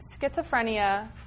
Schizophrenia